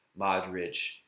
Modric